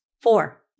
Four